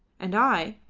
and i,